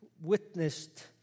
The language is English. witnessed